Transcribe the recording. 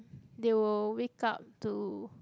they will wake up to